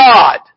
God